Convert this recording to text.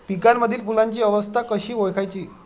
पिकांमधील फुलांची अवस्था कशी ओळखायची?